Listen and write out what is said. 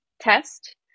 test